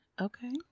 okay